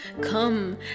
Come